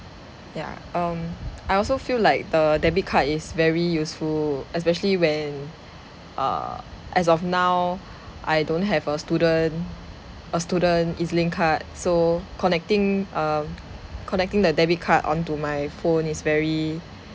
ya um I also feel like the debit card is very useful especially when err as of now I don't have a student a student E_Z link card so connecting err connecting the debit card onto my phone is very